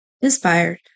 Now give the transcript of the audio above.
inspired